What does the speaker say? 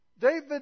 David